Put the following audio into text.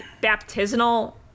baptismal